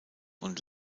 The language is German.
und